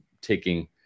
taking